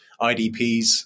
IDPs